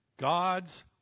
God's